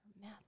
Math